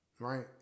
right